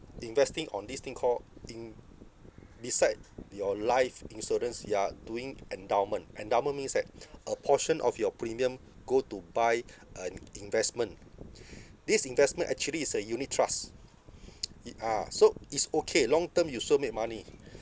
investing on this thing called thing beside your life insurance you are doing endowment endowment means that a portion of your premium go to buy an investment this investment actually is a unit trust it ah so is okay long term you still make money